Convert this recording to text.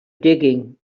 digging